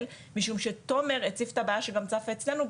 משום שתומר הציף את הבעיה שבדרך כלל צפה גם אצלינו,